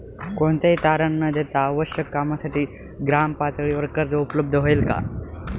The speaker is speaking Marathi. कोणतेही तारण न देता आवश्यक कामासाठी ग्रामपातळीवर कर्ज उपलब्ध होईल का?